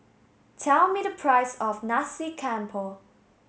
tell me the price of Nasi Campur